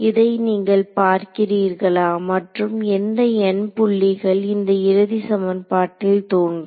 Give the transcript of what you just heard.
இதை நீங்கள் பார்க்கிறீர்களா மற்றும் எந்த n புள்ளிகள் இந்த இறுதி சமன்பாட்டில் தோன்றும்